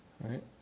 right